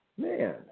Man